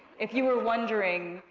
if you were wondering,